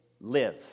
live